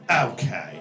Okay